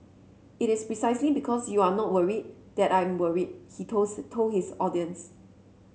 it is precisely because you are not worried that I'm worried he told told his audience